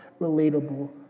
relatable